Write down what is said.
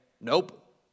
nope